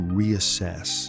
reassess